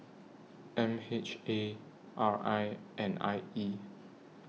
M H A R I and I E